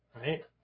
Right